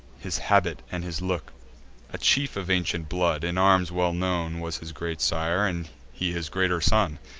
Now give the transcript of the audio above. his habit, and his look a chief of ancient blood in arms well known was his great sire, and he his greater son.